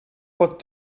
pot